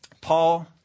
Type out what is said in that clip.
Paul